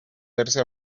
verse